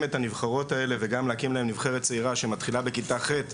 את הנבחרות האלה וגם להקים להם נבחרת צעירה שמתחילה בכיתה ח'.